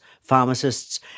pharmacists